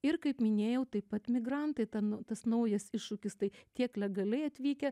ir kaip minėjau taip pat migrantai ten tas naujas iššūkis tai tiek legaliai atvykę